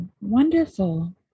Wonderful